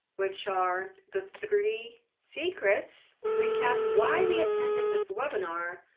which are the three secrets, recap why they attended this webinar,